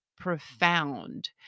profound